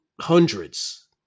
hundreds